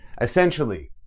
essentially